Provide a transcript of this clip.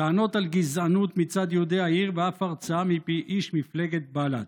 טענות על גזענות מצד יהודי העיר ואף הרצאה מפי איש מפלגת בל"ד.